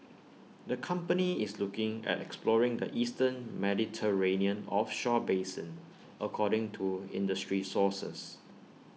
the company is looking at exploring the eastern Mediterranean offshore basin according to industry sources